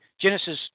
Genesis